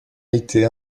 été